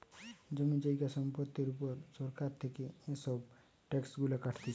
জমি জায়গা সম্পত্তির উপর সরকার থেকে এসব ট্যাক্স গুলা কাটতিছে